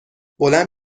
بلند